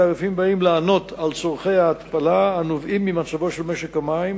התעריפים באים לענות על צורכי ההתפלה הנובעים ממצבו של משק המים